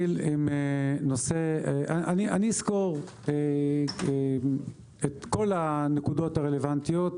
אני אסקור את כל הנקודות הרלוונטיות,